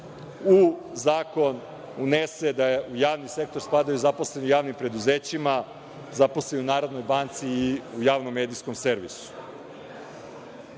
u zakon unese da u javni sektor spadaju zaposleni u javnim preduzećima, zaposleni u Narodnoj banci i u Javnom medijskom servisu.